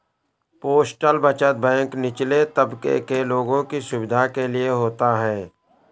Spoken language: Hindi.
पोस्टल बचत बैंक निचले तबके के लोगों की सुविधा के लिए होता है